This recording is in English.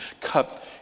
Cup